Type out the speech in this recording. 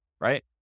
Right